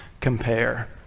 compare